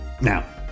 Now